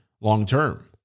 long-term